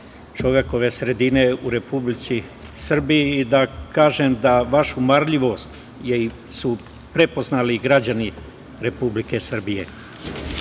čovekove sredini u Republici Srbiji i da kažem da vašu marljivost su prepoznali građani Republike Srbije. Pošto